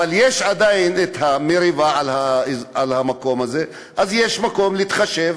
ועדיין יש מריבה על המקום הזה, אז יש מקום להתחשב